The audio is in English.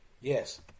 Yes